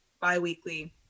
bi-weekly